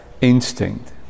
instinct